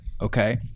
okay